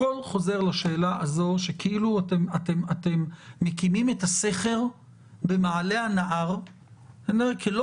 הכול חוזר לשאלה הזו שכאילו אתם מקימים את הסכר במעלה הנהר כי לא